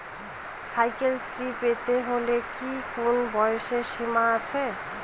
Cycle Shri পেতে হলে কি কোনো বয়সের সীমা আছে?